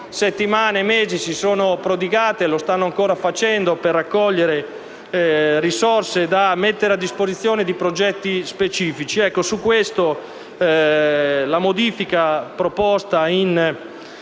settimane e mesi queste si sono prodigate, e lo stanno ancora facendo, per raccogliere risorse da mettere a disposizione di progetti specifici.